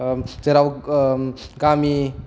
जेराव गामि